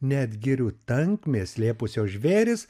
net girių tankmės slėpusios žvėris